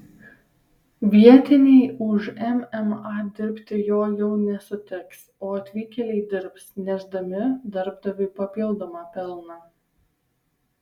vietiniai už mma dirbti jo jau nesutiks o atvykėliai dirbs nešdami darbdaviui papildomą pelną